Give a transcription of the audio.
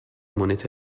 moneta